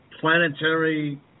planetary